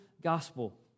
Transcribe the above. gospel